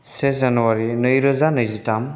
से जानुवारि नैरोजा नैजिथाम